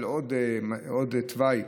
של עוד תוואי,